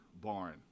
barn